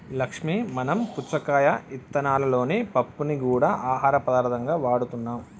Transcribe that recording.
లక్ష్మీ మనం పుచ్చకాయ ఇత్తనాలలోని పప్పుని గూడా ఆహార పదార్థంగా వాడుతున్నాం